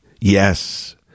Yes